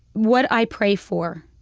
what i pray for,